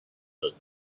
tot